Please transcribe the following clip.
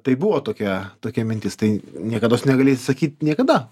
tai buvo tokia tokia mintis tai niekados negali atsisakyt niekada